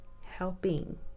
helping